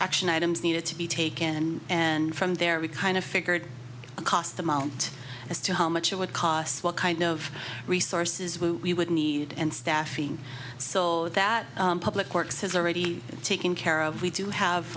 action items needed to be taken and from there we kind of figured a cost amount as to how much it would cost what kind of resources we would need and staffing so that public works has already taken care of we do